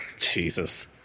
jesus